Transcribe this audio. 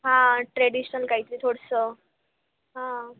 हां ट्रेडिशनल कायतरी थोडंसं हां